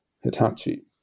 Hitachi